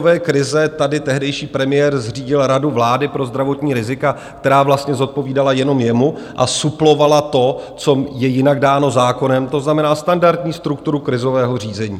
V době covidové krize tady tehdejší premiér zřídil Radu vlády pro zdravotní rizika, která vlastně zodpovídala jenom jemu a suplovala to, co je jinak dáno zákonem, to znamená standardní strukturu krizového řízení.